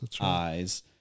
eyes